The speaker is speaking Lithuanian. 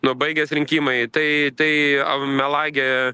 nu baigės rinkimai tai tai melagė